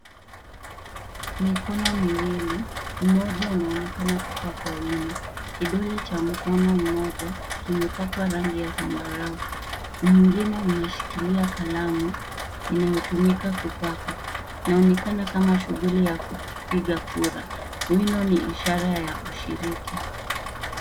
Mikono miwili mmoja unaonekana kupakwa wino .Kidole cha mkono mmoja kimepakwa rangi ya zambarau. Mwingine unashikilia kalamu inayotumika kupaka. Inaonekana kama shughuli ya kupiga kura. Hilo ni ishara.